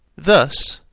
thus,